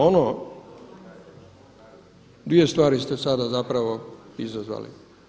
Ono dvije stvari ste sada zapravo izazvali.